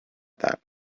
that